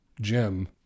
Jim